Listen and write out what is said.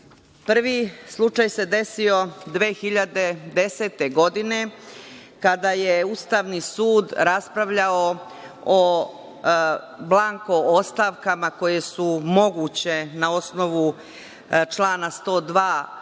slučaj se desio 2010. godine, kada je Ustavni sud raspravljao o blanko ostavkama, koje su moguće na osnovu člana 102.